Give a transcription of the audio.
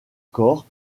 corps